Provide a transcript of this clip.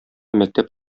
мәктәп